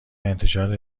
انتشار